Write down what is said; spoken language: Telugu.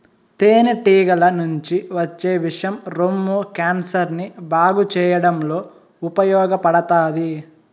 తేనె టీగల నుంచి వచ్చే విషం రొమ్ము క్యాన్సర్ ని బాగు చేయడంలో ఉపయోగపడతాది